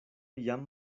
jam